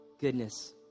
goodness